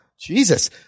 Jesus